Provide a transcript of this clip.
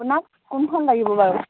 আপোনাক কোনখন লাগিব বাৰু